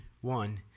one